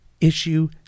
issue